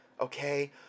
Okay